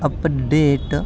update